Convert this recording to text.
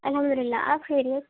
الحمد للہ آپ خیریت